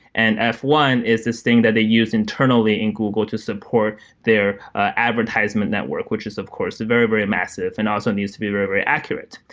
and f one is this thing that they use internally in google to support their advertisement network, which is of course very, very massive and also needs to be very, very accurate.